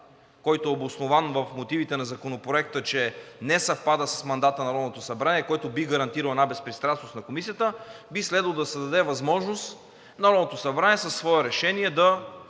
който е обоснован в мотивите на Законопроекта, не съвпада с мандата на Народното събрание, което би гарантирало една безпристрастност на Комисията. Би следвало да се даде възможност Народното събрание със свое решение да